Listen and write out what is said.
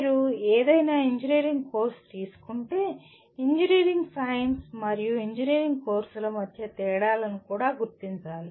మీరు ఏదైనా engineering course తీసుకుంటే ఇంజనీరింగ్ సైన్స్ మరియు ఇంజనీరింగ్ కోర్సుల మధ్య తేడాలను కూడా గుర్తించాలి